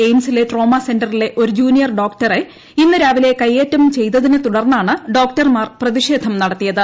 എയിംസിലെ ട്രോമാസെന്ററിലെ ഒരു ജൂനിയർ ഡോക്ടറെ ഇന്ന് രാവിലെ കൈയേറ്റം ചെയ്തതിനെത്തുടർന്നാണ് ഡോക്ടർമാർ പ്രതിഷേധം നടത്തിയത്